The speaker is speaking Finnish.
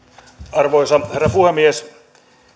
arvoisa herra puhemies